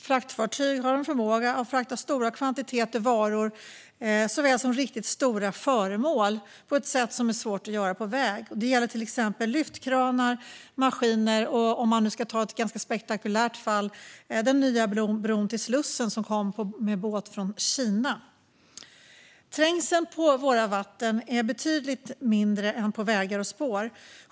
Fraktfartyg har förmåga att frakta stora kvantiteter varor såväl som riktigt stora föremål på ett sätt som är svårt att göra på väg. Det gäller till exempel lyftkranar och maskiner och, för att ta ett ganska spektakulärt fall, den nya bron till Slussen som kom med båt från Kina. Trängseln på våra vatten är betydligt mindre än på vägar och spår.